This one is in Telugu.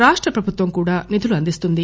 రాష్ణప్రభుత్వం కూడా నిధులు అందిస్తుంది